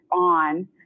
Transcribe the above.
on